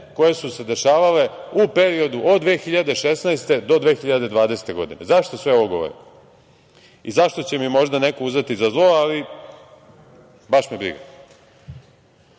koje su se dešavale u periodu od 2016. do 2020. godine.Zašto sve ovo govorim i zašto će mi možda neko uzeti za zlo, ali baš me briga?